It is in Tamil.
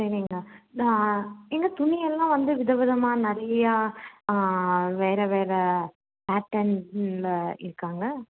சரிங்க நான் இங்கே துணி எல்லாம் வந்து விதவிதமாக நிறையா ஆ வேறு வேறு பாட்டர்ன்ல இருக்காங்க